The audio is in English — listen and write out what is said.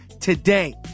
today